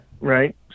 right